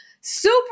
Super